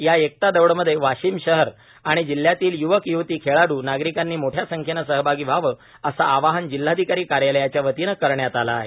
या एकता दौडमध्ये वाशिम शहर आणि जिल्ह्यातील य्वक य्वती खेळाडू नागरिकांनी मोठ्या संख्येनं सहभागी व्हावं असं आवाहन जिल्हाधिकारी कार्यालयाच्या वतीनं करण्यात आलं आहे